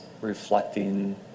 reflecting